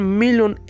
million